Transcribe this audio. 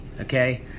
okay